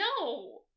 No